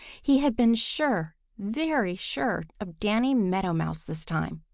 he had been sure, very sure of danny meadow mouse this time!